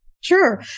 Sure